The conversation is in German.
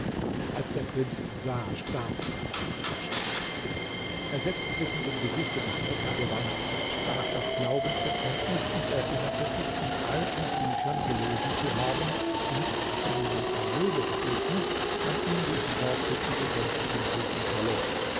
als der prinz ihn sah starb er fast vor schrecken er setzte sich mit dem gesichte nach mekka gewandt sprach das glaubensbekenntnis und erinnerte sich in alten büchern gelesen zu haben daß wenn jemand ein löwe begegne man ihn durch worte zu besänftigen suchen solle